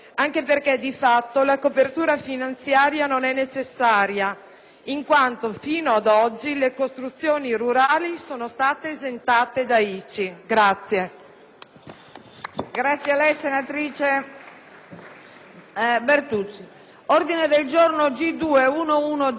in quanto fino ad oggi le costruzioni rurali sono state esentate dall'ICI.